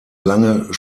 lange